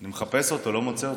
אני מחפש אותו, לא מוצא אותו.